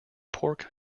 pork